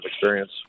experience